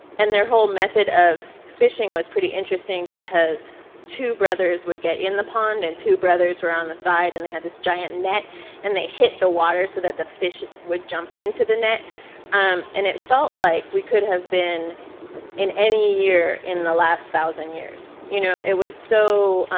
and their whole method of fishing was pretty interesting because two brothers would get in the pond and two brothers were on the side and they had this giant net and they hit the water so that the fish would jump into the net um and it felt like we could have been in any year in the last thousand years. you know it was so